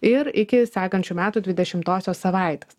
ir iki sekančių metų dvidešimtosios savaitės